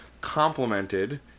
complemented